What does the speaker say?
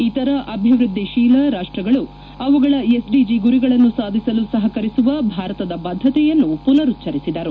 ಇತರ ಅಭಿವೃದ್ಧಿತೀಲ ರಾಷ್ಷಗಳು ಅವುಗಳ ಎಸ್ ಡಿಜೆ ಗುರಿಗಳನ್ನು ಸಾಧಿಸಲು ಸಹಕರಿಸುವ ಭಾರತದ ಬದ್ದತೆಯ ಮನರುಚ್ವರಿಸಿದರು